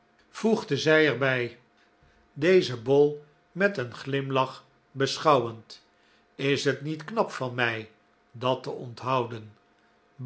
voegde zij er bij dezen bol met een glimlach beschouwend is het niet knap van mij dat te onthouden